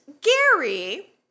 Gary